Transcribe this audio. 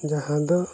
ᱡᱟᱦᱟᱸ ᱫᱚ